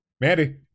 Mandy